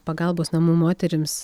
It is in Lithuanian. pagalbos namų moterims